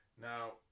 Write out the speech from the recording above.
Now